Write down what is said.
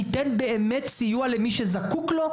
לתת את הסיוע באמת למי שזקוק לו,